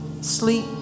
sleep